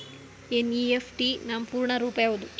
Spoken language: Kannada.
ಎನ್.ಇ.ಎಫ್.ಟಿ ನ ಪೂರ್ಣ ರೂಪ ಯಾವುದು?